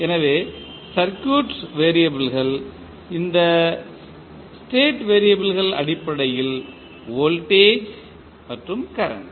எனவே சர்க்யூட் வெறியபிள்கள் இந்த ஸ்டேட் வெறியபிள்கள் அடிப்படையில் வோல்டேஜ் மற்றும் கரண்ட்